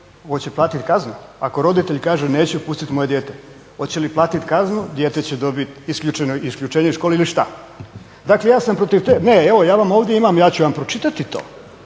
Hoće platiti kaznu? Ako roditelj kaže neću pustiti moje dijete, hoće li platiti kaznu, dijete će dobiti isključenje iz škole ili šta? Ne ja ovdje imam, ja ću pročitati to,